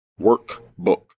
workbook